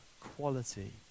quality